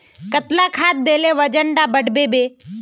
कतला खाद देले वजन डा बढ़बे बे?